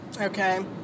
Okay